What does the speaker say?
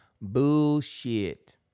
bullshit